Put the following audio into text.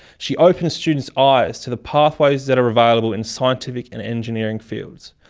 she opens students' eyes to the pathways that are available in scientific and engineering fields.